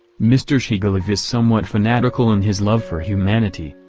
mr. shigalov is somewhat fanatical in his love for humanity,